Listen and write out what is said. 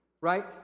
right